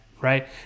right